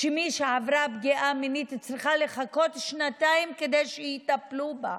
שמי שעברה פגיעה מינית צריכה לחכות שנתיים כדי שיטפלו בה,